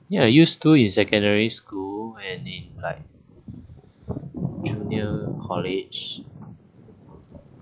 ya used to in secondary school when it like junior college